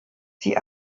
sie